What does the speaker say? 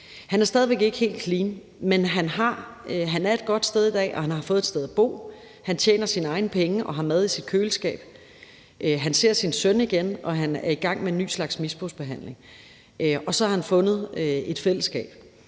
Han er stadig væk ikke helt clean, men han er et godt sted i dag, og han har fået et sted at bo. Han tjener sine egne penge og har mad i sit køleskab. Han ser sin søn igen, og han er i gang med en ny slags misbrugsbehandling, og så har han fundet et fællesskab